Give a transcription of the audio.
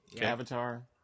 Avatar